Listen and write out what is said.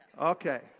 Okay